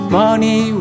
money